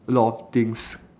a lot of things